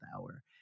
hour